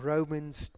Romans